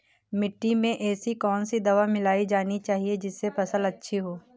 मिट्टी में ऐसी कौन सी दवा मिलाई जानी चाहिए जिससे फसल अच्छी हो?